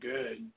Good